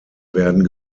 werden